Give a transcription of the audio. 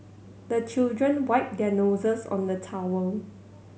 the children wipe their noses on the towel